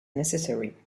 necessary